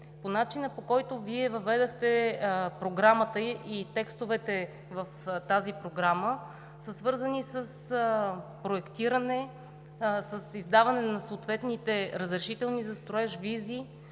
По начина, по който въведохте Програмата и текстовете в тази програма, са свързани с проектиране, с издаване на съответните разрешителни за строеж, визи.